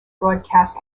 broadcast